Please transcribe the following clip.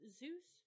Zeus